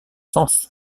sens